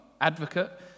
advocate